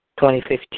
2015